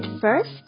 first